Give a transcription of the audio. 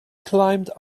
climbed